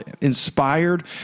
inspired